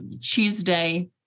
Tuesday